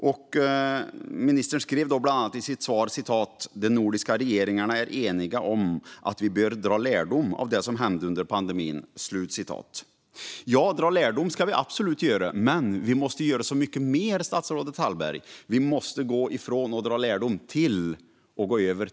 I sitt svar skrev ministern bland annat: "De nordiska regeringarna är eniga om att vi bör dra lärdom av det som hände under pandemin." Ja, dra lärdom ska vi absolut göra, men vi måste göra mycket mer, statsrådet Hallberg. Vi måste gå från att dra lärdom till att agera.